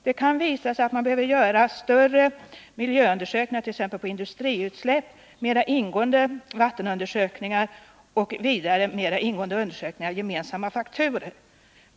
Det kan visa sig att man behöver göra större miljöundersökningar, t.ex. av industriutsläpp, mer ingående vattenundersökningar och vidare mer noggranna undersökningar för att finna gemensamma faktorer.